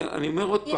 באופן טבעי